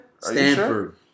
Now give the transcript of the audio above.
Stanford